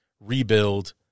rebuild